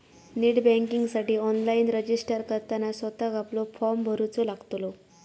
net बँकिंगसाठी online registered करताना स्वतःक आपलो फॉर्म भरूचो लागतलो